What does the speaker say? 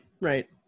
Right